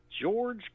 George